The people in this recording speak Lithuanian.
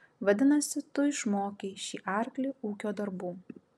vadinasi tu išmokei šį arklį ūkio darbų